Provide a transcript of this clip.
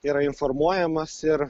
yra informuojamas ir